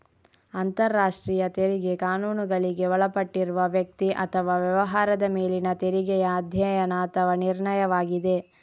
ಅಂತರರಾಷ್ಟ್ರೀಯ ತೆರಿಗೆ ಕಾನೂನುಗಳಿಗೆ ಒಳಪಟ್ಟಿರುವ ವ್ಯಕ್ತಿ ಅಥವಾ ವ್ಯವಹಾರದ ಮೇಲಿನ ತೆರಿಗೆಯ ಅಧ್ಯಯನ ಅಥವಾ ನಿರ್ಣಯವಾಗಿದೆ